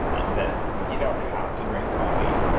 that you don't have to drink coffee,